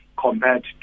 compared